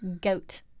goat